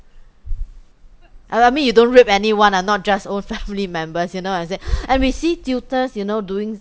uh I mean you don't rape anyone ah not just own family members you know what I'm saying and we see tutors you know doing